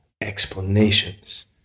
explanations